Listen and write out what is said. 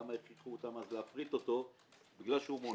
למה הכריחו אותם אז להפריט אותו בגלל שהוא מונופול?